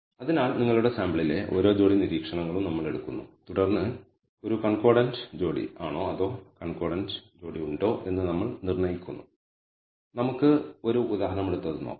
അതിനാൽ നിങ്ങളുടെ സാമ്പിളിലെ ഓരോ ജോഡി നിരീക്ഷണങ്ങളും നമ്മൾ എടുക്കുന്നു തുടർന്ന് ഒരു കൺകോർഡൻറ് ജോഡി ആണോ അതോ കൺകോർഡൻറ് ജോഡി ഉണ്ടോ എന്ന് നമ്മൾ നിർണ്ണയിക്കുന്നു നമുക്ക് ഒരു ഉദാഹരണമെടുത്ത് അത് നോക്കാം